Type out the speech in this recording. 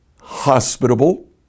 hospitable